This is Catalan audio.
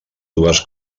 dues